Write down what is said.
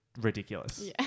ridiculous